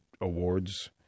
awards